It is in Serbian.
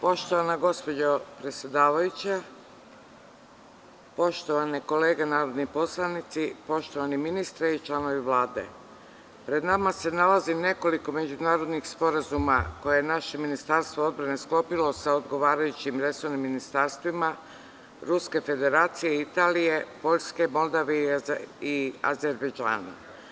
Poštovana gospođo predsedavajuća, poštovane kolege narodni poslanici, poštovani ministre i članovi Vlade, pred nama se nalazi nekoliko međunarodnih sporazuma koje je naše Ministarstvo odbrane sklopilo sa odgovarajućim resornim ministarstvima Ruske Federacije, Italije, Poljske, Moldavije i Azerbejdžana.